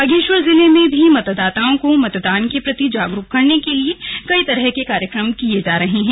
बागेश्वर जिले में भी मतदाताओं को मतदान के प्रति जागरूक करने के लिए कई तरह के कार्यक्रम किये जा रहे हैं